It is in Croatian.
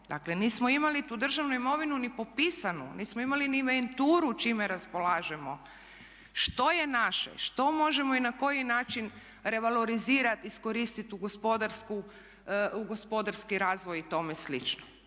dakle nismo imali tu državnu imovinu ni popisanu, nismo imali ni inventuru čime raspolažemo, što je naše, što možemo i na koji način revalorizirati, iskoristiti u gospodarski razvoj i tome slično.